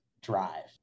drive